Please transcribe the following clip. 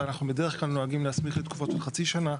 ואנחנו בדרך כלל נוהגים להסמיך לתקופות של חצי שנה.